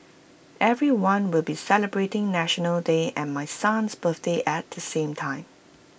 everyone will be celebrating National Day and my son's birthday at the same time